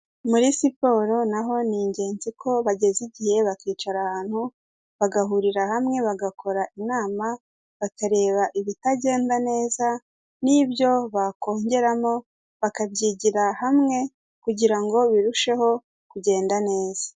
Muri siporo naho ni ingezi ko bageza igihe bakicara ahantu bagahurira hamwe bagakora inama, bakareba ibitagenda neza n'ibyo bakongeramo bakabyigira hamwe kugira ngo birusheho kugende neza.